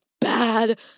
bad